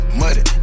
muddy